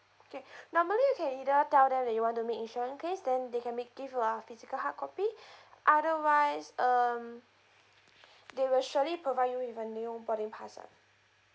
okay normally you can either tell them that you want to make insurance claim then they can make give you a physical hardcopy otherwise um they will surely provide you with a new boarding pass [one]